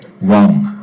Wrong